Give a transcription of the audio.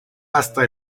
hasta